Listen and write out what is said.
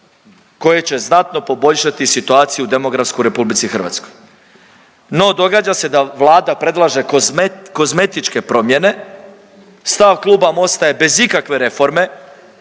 koje će znatno poboljšati situaciju demografsku u RH. No, događa se da Vlada predlaže kozmetičke promjene. Stav kluba Mosta je bez ikakve reforme